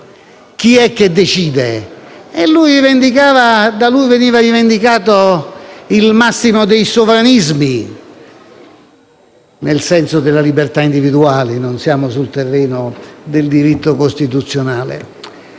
chi è che decide? Da lui viene rivendicato il massimo dei sovranismi, nel senso della libertà individuale (non siamo sul terreno del diritto costituzionale).